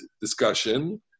discussion